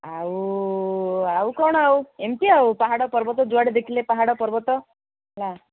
ଆଉ ଆଉ କ'ଣ ଆଉ ଏମତି ଆଉ ପାହାଡ଼ ପର୍ବତ ଯୁଆଡ଼େ ଦେଖିଲେ ପାହାଡ଼ ପର୍ବତ ହେଲା